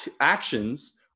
actions